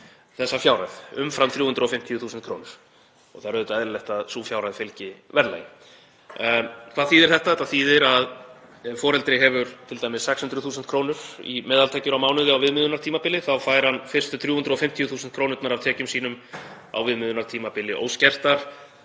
þessa fjárhæð, umfram 350.000 kr. og það er auðvitað eðlilegt að sú fjárhæð fylgi verðlagi. Hvað þýðir þetta? Þetta þýðir að ef foreldri hefur t.d. 600.000 kr. í meðaltekjur á mánuði á viðmiðunartímabili þá fær viðkomandi fyrstu 350.000 krónurnar af tekjum sínum á viðmiðunartímabili óskertar